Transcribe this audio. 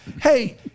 Hey